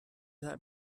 that